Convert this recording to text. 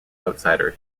outsider